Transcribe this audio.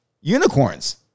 Unicorns